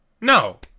No